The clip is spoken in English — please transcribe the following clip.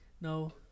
No